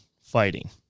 fighting